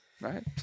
right